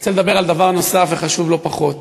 אני רוצה לדבר על דבר נוסף וחשוב לא פחות.